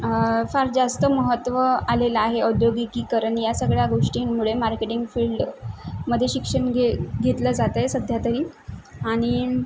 फार जास्त महत्त्व आलेलं आहे औद्योगिकीकरण या सगळ्या गोष्टींमुळे मार्केटिंग फील्डमध्ये शिक्षण घे घेतलं जातं आहे सध्यातरी आणि